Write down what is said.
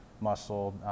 muscle